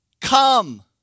come